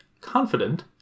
confident